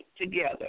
together